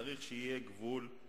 צריך שיהיה גבול,